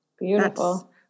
beautiful